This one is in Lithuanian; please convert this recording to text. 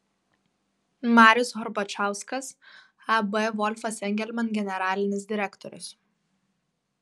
marius horbačauskas ab volfas engelman generalinis direktorius